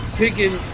picking